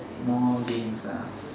more games ah